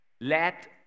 let